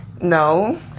No